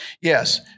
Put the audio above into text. yes